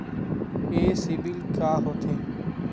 ये सीबिल का होथे?